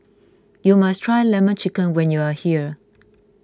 you must try Lemon Chicken when you are here